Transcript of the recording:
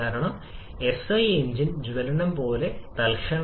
കാരണം SI engine ജ്വലനം പോലെ തൽക്ഷണം